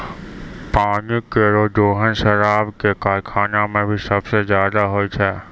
पानी केरो दोहन शराब क कारखाना म भी सबसें जादा होय छै